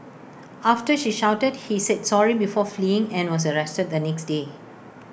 after she shouted he said sorry before fleeing and was arrested the next day